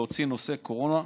למעט נושאי קורונה,